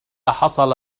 حصل